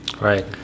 right